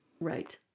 right